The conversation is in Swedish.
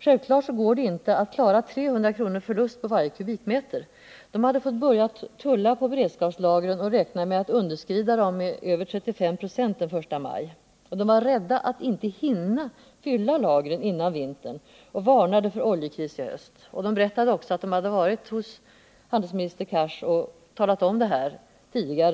Självfallet går det inte att klara 300 kronors förlust på varje kubikmeter. De hade fått börja tulla på beredskapslagren och räknade med att underskrida dem med över 35 96 den I maj. De var rädda att inte hinna fylla lagren före vintern och varnade för en oljekris i höst. De berättade också att de tidigare under året hade varit hos handelsminister Cars och talat om detta.